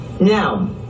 Now